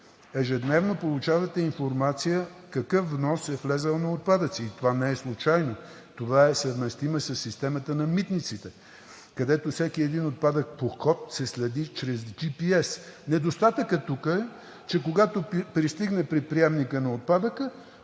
ежедневно получавате информация какъв внос на отпадъци е влязъл, и това не е случайно. Това е съвместимо със системата на Митниците, където всеки един отпадък по код се следи чрез джипиес. Недостатъкът тук е, че когато пристигне при приемника на отпадъка,